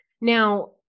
Now